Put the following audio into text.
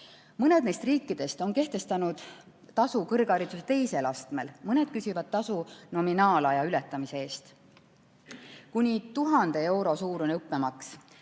Mõned neist riikidest on kehtestanud tasu kõrghariduse teisel astmel, mõned küsivad tasu nominaalaja ületamise eest. Kuni 1000 euro suurune õppemaks